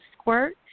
squirt